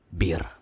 beer